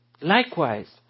Likewise